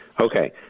Okay